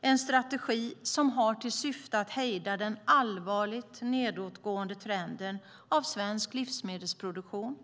Det är en strategi som har till syfte att hejda den allvarligt nedåtgående trenden för svensk livsmedelsproduktion.